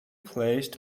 placed